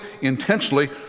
intentionally